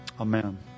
Amen